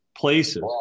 places